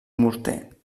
morter